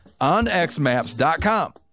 onxmaps.com